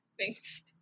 Thanks